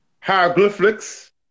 hieroglyphics